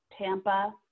Tampa